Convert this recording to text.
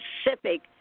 specific